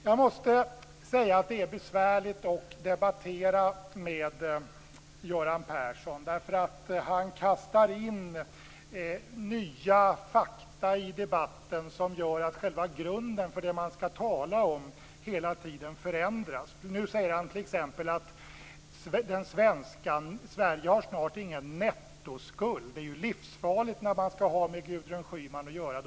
Jag måste säga att det är besvärligt att debattera med Göran Persson. Han kastar in nya fakta i debatten som gör att själva grunden för det man skall tala om hela tiden förändras. Nu säger han t.ex. att Sverige snart inte har någon nettoskuld. Det är ju livsfarligt att säga detta när man skall ha med Gudrun Schyman att göra.